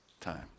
time